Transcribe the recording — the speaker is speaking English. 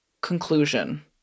conclusion